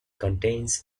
contains